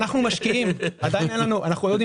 אנחנו יודעים